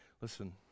listen